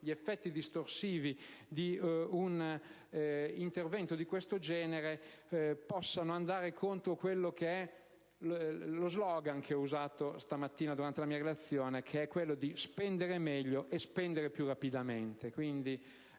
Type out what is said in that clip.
gli effetti distorsivi di un intervento di questo genere possano andare contro lo *slogan* che ho usato questa mattina durante la mia relazione, ossia «spendere meglio e spendere più rapidamente».